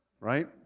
right